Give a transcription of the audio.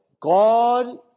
God